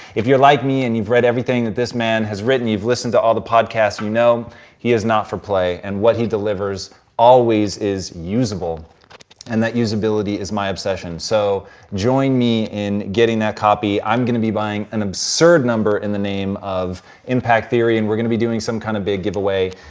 if you're like me and you've read everything that this man has written, you've listened to all the podcasts, you know he is not for play and what he delivers always is usable and that usability is my obsession. so join me in getting that copy. i'm gonna be buying an absurd number in the name of impact theory and we're gonna be doing some kind of big giveaway.